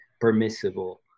permissible